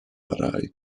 rai